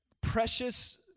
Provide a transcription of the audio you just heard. precious